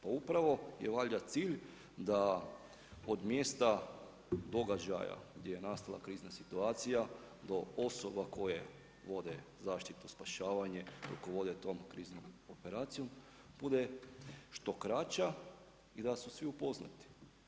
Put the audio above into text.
Pa upravo je valjda cilj da od mjesta događaja gdje je nastala krizna situacija do osoba koje vode zaštitu, spašavanje, rukovode tom kriznom operacijom, bude što kraća i da su svi upoznati.